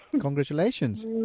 Congratulations